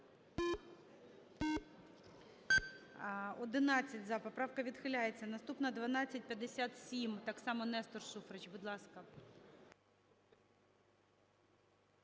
За-11 Поправка відхиляється. Наступна 1257. Так само Нестор Шуфрич, будь ласка.